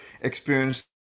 experienced